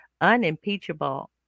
unimpeachable